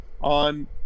on